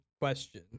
question